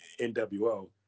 NWO